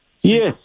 Yes